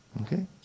Okay